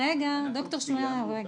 ד"ר שמריהו.